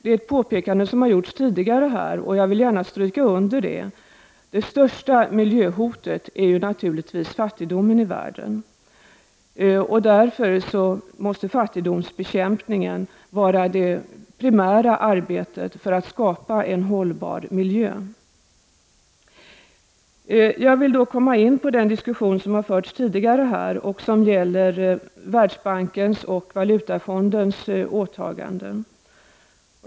De påpekanden som tidigare här har gjorts vill jag gärna understryka. Det största miljöhotet är naturligtvis fattigdomen i världen. Därför måste arbetet med att bekämpa fattigdomen vara det primära för att skapa en hållbar miljö. Jag kommer då in på den diskussion som tidigare har förts och som handlar om Världsbankens och Valutafondens åtaganden.